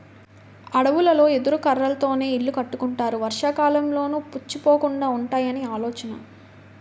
అడవులలో ఎదురు కర్రలతోనే ఇల్లు కట్టుకుంటారు వర్షాకాలంలోనూ పుచ్చిపోకుండా వుంటాయని ఆలోచన